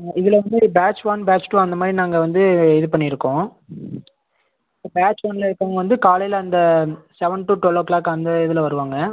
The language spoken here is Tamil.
ஆ இதில் வந்து பேட்ச் ஒன் பேட்ச் டூ அந்தமாதிரி நாங்கள் வந்து இது பண்ணியிருக்கோம் பேட்ச் ஒன்ல இருக்கறவங்க வந்து காலையில் அந்த seven to twelve o'clock அந்த இதில் வருவாங்கள்